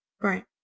Right